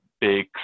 big